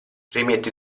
rimetti